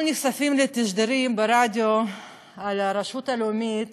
אנחנו נחשפים לתשדירים ברדיו של הרשות הלאומית